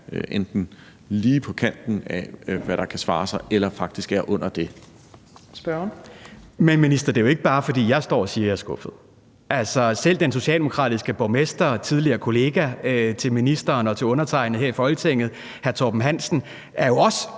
(Trine Torp): Spørgeren. Kl. 15:02 Michael Aastrup Jensen (V): Men, minister, det er jo ikke bare, fordi jeg står og siger, at jeg er skuffet. Selv den socialdemokratiske borgmester og tidligere kollega til ministeren og til undertegnede her i Folketinget, hr. Torben Hansen, er jo også